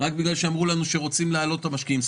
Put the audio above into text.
רק בגלל שאמרו לנו שרוצים להעלות למשקיעים.